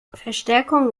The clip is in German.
verstärkung